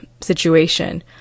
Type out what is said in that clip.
situation